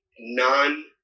non